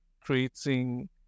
creating